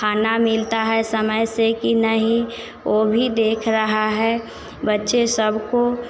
खाना मिलता है समय से कि नहीं वो भी देख रहा है बच्चे सबको